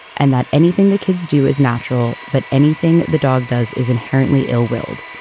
and that anything the kids do is natural. but anything the dog does is inherently ill willed.